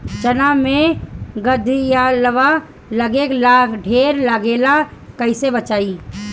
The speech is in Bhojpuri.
चना मै गधयीलवा लागे ला ढेर लागेला कईसे बचाई?